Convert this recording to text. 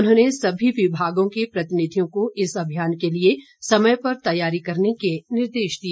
उन्होंने सभी विभागों के प्रतिनिधियों को इस अभियान के लिए समय पर तैयारी करने के निर्देश दिए